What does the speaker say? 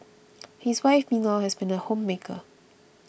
his wife meanwhile has been a homemaker